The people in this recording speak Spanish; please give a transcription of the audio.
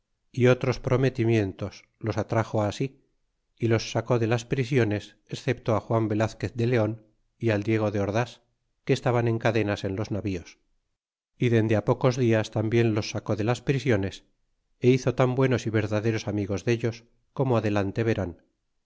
e otros prometimientos los atrax sí y los sacó de las prisiones excepto juan velazquez de leon y al diego de ordás que estaban en cadenas en los navíos y dende á pocos dias tambien los sacó de las prisiones y hizo tan buenos y verdaderos amigos dellos como adelante verán